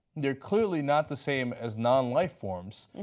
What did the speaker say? they are clearly not the same as non-lifeforms.